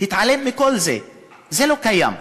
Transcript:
התעלם מכל זה, זה לא קיים.